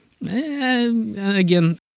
Again